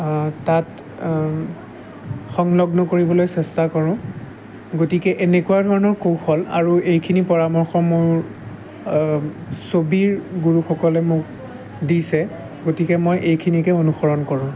তাত সংলগ্ন কৰিবলৈ চেষ্টা কৰোঁ গতিকে এনেকুৱা ধৰণৰ কৌশল আৰু এইখিনি পৰামৰ্শ মোৰ ছবিৰ গুৰুসকলে মোক দিছে গতিকে মই এইখিনিকে অনুসৰণ কৰোঁ